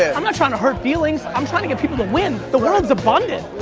ah i'm not trying to hurt feelings. i'm trying to get people to win. the world's abundant.